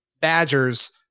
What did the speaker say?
Badgers